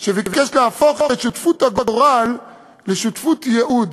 הוא שביקש להפוך את שותפות הגורל לשותפות ייעוד: